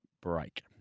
break